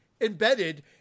embedded